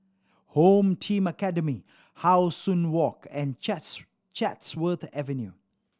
Home Team Academy How Sun Walk and Chats Chatsworth Avenue